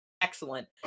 Excellent